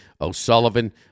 O'Sullivan